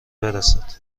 برسد